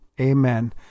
Amen